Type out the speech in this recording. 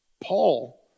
Paul